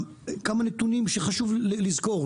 כמה נתונים שחשוב לזכור,